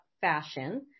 fashion